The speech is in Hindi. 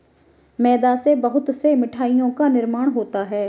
मैदा से बहुत से मिठाइयों का निर्माण होता है